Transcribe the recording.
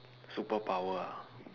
superpower ah